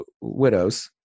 widows